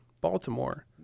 Baltimore